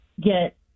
get